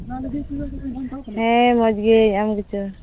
ᱦᱮᱸ ᱢᱚᱡᱽᱜᱮ ᱟᱢ ᱜᱮᱪ